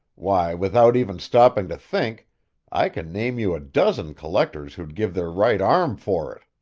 why, without even stopping to think i can name you a dozen collectors who'd give their right arm for it.